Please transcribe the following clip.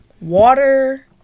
water